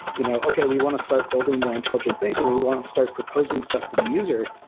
you know okay, we want to start building more intelligent things and we we want to start proposing stuff to the user.